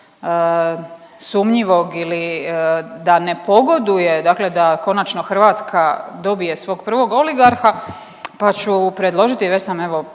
sumnjivog ili da ne pogoduje da končano Hrvatska dobije svog prvog oligarha, pa ću predložiti već sam evo